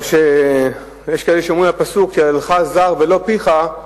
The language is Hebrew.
או שיש כאלה שאומרים את הפסוק "יהללך זר ולא פיך",